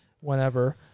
whenever